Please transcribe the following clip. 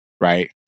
right